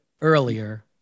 earlier